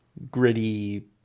gritty